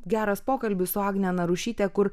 geras pokalbis su agne narušyte kur